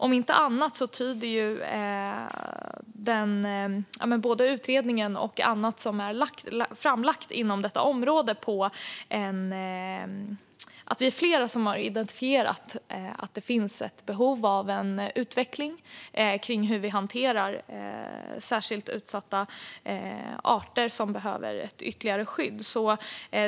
Om inte annat tyder både utredningen och annat som är framlagt inom detta område på att vi är flera som har identifierat att det finns ett behov av en utveckling kring hur vi hanterar särskilt utsatta arter som behöver ett ytterligare skydd.